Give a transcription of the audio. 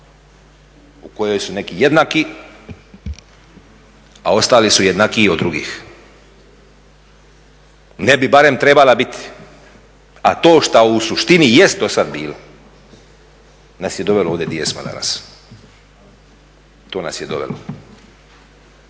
u kojoj su neki jednaki a ostali su jednakiji od drugih. Ne bi barem trebala biti a to što u suštini jest do sada bila nas je dovelo ovdje di jesmo danas, to nas je dovelo.